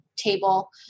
table